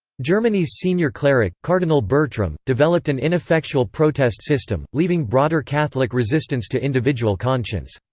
germany's senior cleric, cardinal bertram, developed an ineffectual protest system, leaving broader catholic resistance to individual conscience.